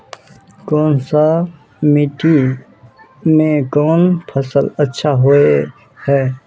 कोन सा मिट्टी में कोन फसल अच्छा होय है?